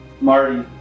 Marty